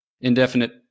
indefinite